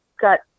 got